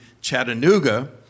Chattanooga